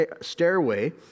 stairway